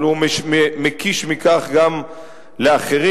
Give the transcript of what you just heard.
אבל הוא מקיש מכך גם לאחרים,